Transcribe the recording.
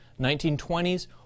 1920s